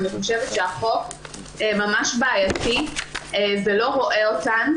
אני חושבת שהחוק ממש בעייתי ולא רואה אותן.